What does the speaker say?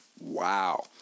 Wow